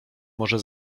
może